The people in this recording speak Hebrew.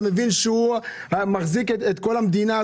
אתה מבין שהוא מחזיק את כל המדינה,